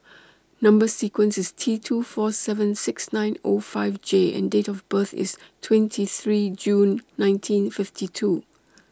Number sequence IS T two four seven six nine O five J and Date of birth IS twenty three June nineteen fifty two